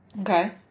Okay